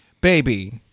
Baby